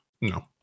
no